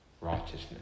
Righteousness